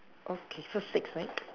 okay so six right